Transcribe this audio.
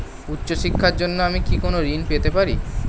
উচ্চশিক্ষার জন্য আমি কি কোনো ঋণ পেতে পারি?